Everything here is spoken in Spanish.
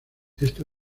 esta